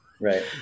Right